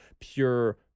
pure